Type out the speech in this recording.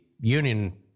union